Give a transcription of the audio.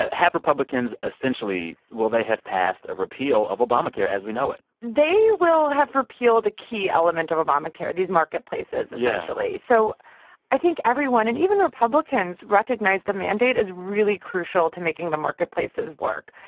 ah have republicans, essentially will they have passed a repeal of obamacare as we know it? they will have repealed a key element of obamacare these marketplaces, essentially yeah so i think everyone and even republicans recognize the mandate is really crucial to making the marketplaces work.